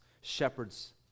shepherds